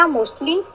Mostly